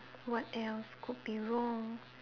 what else could be wrong